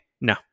no